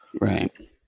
Right